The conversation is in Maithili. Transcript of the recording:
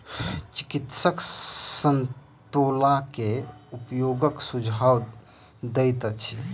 चिकित्सक संतोला के उपयोगक सुझाव दैत अछि